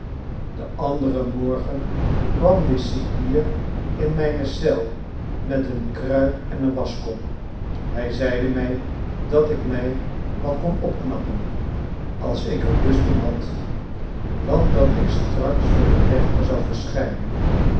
den anderen morgen kwam de cipier in mijne cel met een kruik en een waschkom hij zeide mij dat ik mij wat kon opknappen als ik er lust in had want dat ik straks voor den rechter zou verschijnen